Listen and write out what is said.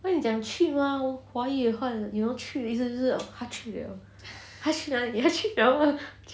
去 mah 华语换 you know 去的意思就是他去 liao 他去哪里他去 liao 了